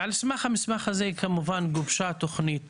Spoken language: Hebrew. ועל המסמך הזה גובשה תוכנית